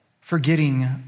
forgetting